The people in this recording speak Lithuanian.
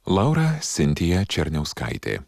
laura sintija černiauskaitė